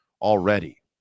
already